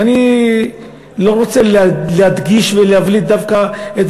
ואני לא רוצה להדגיש ולהבליט דווקא את